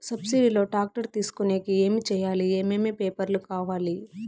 Subsidy లో tractor తీసుకొనేకి ఏమి చేయాలి? ఏమేమి పేపర్లు కావాలి?